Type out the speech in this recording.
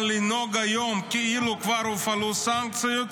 אבל לנהוג היום כאילו כבר הופעלו סנקציות,